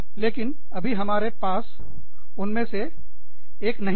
लेकिन अभी हमारे पास उनमें से एक नहीं है